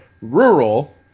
rural